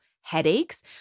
headaches